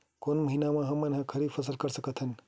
कोन महिना म हमन ह खरीफ फसल कर सकत हन?